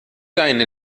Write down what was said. deine